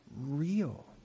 real